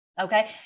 okay